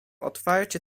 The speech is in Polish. otwarcie